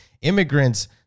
Immigrants